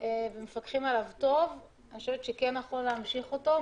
טוב אז נכון להמשיך אותו.